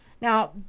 now